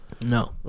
No